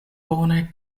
bone